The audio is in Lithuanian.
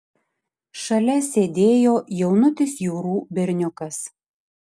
šalia sėdėjo jaunutis jurų berniukas